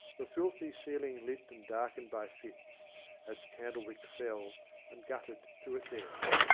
the filthy ceiling lit and darkened by fits as the candle-wick fell and guttered to its end.